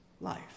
life